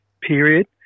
period